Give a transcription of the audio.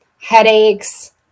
headaches